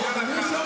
יש לך,